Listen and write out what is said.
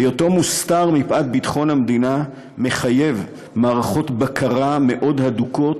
היותו מוסתר מפאת ביטחון המדינה מחייב מערכות בקרה מאוד הדוקות,